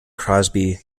crosby